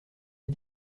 est